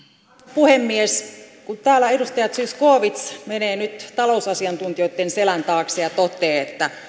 puhemies kun täällä edustaja zyskowicz menee nyt talousasiantuntijoitten selän taakse ja toteaa että